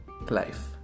life